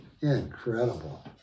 Incredible